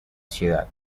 ciudad